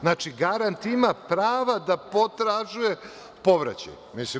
Znači, garant ima prava da potražuje povraćaj.